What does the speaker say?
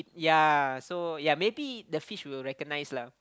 ya so ya maybe the fish will recognize lah